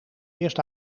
eerst